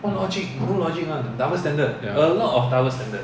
ya